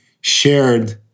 shared